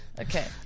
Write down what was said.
Okay